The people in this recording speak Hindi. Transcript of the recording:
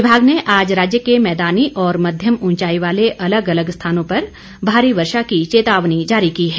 विभाग ने आज राज्य के मैदानी और मध्यम ऊंचाई वाले अलग अलग स्थानों पर भारी वर्षा की चेतावनी जारी की है